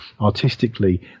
artistically